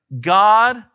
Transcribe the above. God